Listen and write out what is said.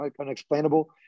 unexplainable